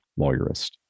lawyerist